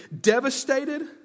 devastated